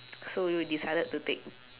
so you decided to take